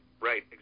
Right